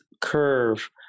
curve